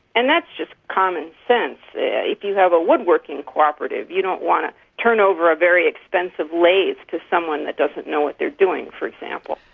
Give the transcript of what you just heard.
and that's just commonsense. if you have a woodworking cooperative you don't want to turn over a very expensive lathe to someone that doesn't know what they're doing, for example.